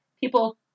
people